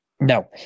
No